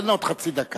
אין עוד חצי דקה.